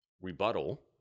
rebuttal